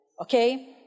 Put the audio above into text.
Okay